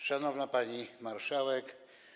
Szanowna Pani Marszałek!